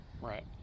right